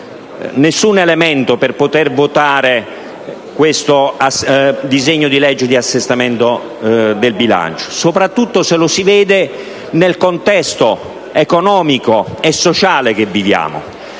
alcun elemento per poter votare questo disegno di legge di assestamento del bilancio, soprattutto se lo si vede nel contesto economico e sociale nel quale viviamo.